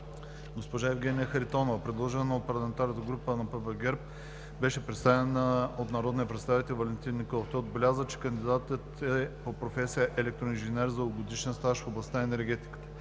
Госпожа Евгения Харитонова, предложена от ПГ на ПП ГЕРБ, беше представена от народния представител Валентин Николов. Той отбеляза, че кандидатът е по професия електроинженер с дългогодишен стаж в областта на енергетиката.